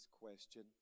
question